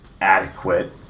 adequate